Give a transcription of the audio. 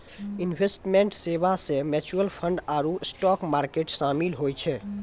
investment सेबा मे mutual fund आरु स्टाक मार्केट शामिल होय छै